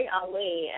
Ali